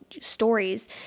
stories